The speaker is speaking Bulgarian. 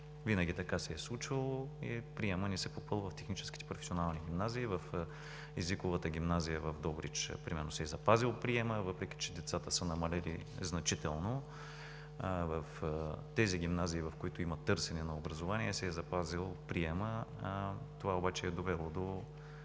Винаги така се е случвало и приемът ни се попълва в техническите професионални гимназии. В езиковата гимназия в Добрич примерно се е запазил приемът, въпреки че децата са намалели значително. В тези гимназии, в които има търсене на образование, се е запазил приемът. Това обаче малко